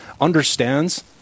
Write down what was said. understands